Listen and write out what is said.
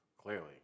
Clearly